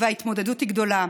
וההתמודדות היא גדולה,